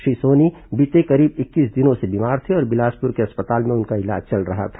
श्री सोनी बीते करीब इक्कीस दिनों से बीमार थे और बिलासपुर के अस्पताल में उनका इलाज चल रहा था